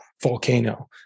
volcano